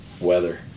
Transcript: Weather